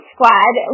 Squad